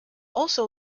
also